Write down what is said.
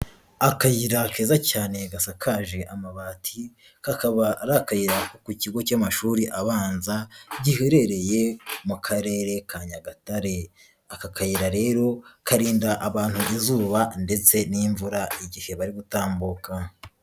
Akayira keza cyane gasakaje amabati, kakaba arikayira ko ku kigo cy'amashuri abanza giherereye mu karere ka Nyagatare, aka kayira rero karinda abantu izuba ndetse n'imvura igihe bari gutambuka.